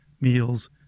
meals